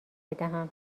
بدهم